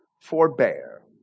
forbear